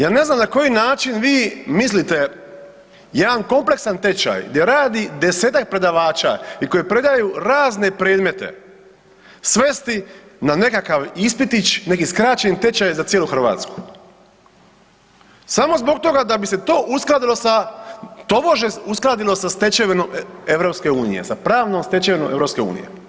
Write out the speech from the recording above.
Ja ne znam na koji način vi mislite jedan kompleksan tečaj gdje radi 10-tak predavača i koji predaju razne predmete svesti na nekakav ispitić, neki skraćeni tečaj za cijelu Hrvatsku samo zbog toga da bi se to uskladilo, tobože uskladilo sa stečevinom EU, sa pravnom stečevinom EU.